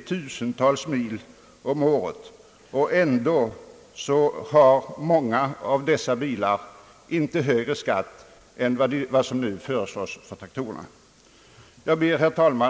tusentals mil om året på våra vägar, och ändå har många av dessa bilar inte högre skatt än som nu föreslås för traktorerna. Herr talman!